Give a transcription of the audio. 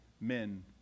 men